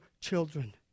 children